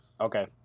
Okay